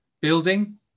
building